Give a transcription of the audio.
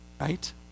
right